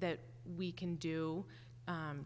that we can do